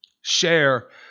share